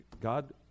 God